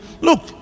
look